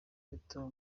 rito